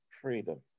freedom